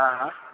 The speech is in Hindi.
हाँ